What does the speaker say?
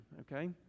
okay